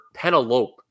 Penelope